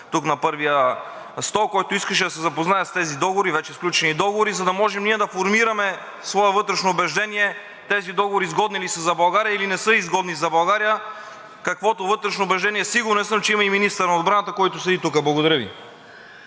ред, на първия стол, който искаше да се запознае с тези вече сключени договори, за да можем ние да формираме свое вътрешно убеждение тези договори изгодни ли са за България, или не са изгодни за България, каквото вътрешно убеждение, сигурен съм, че има и министърът на отбраната, който седи тук. Благодаря Ви.